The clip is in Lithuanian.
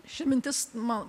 ši mintis man